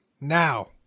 Now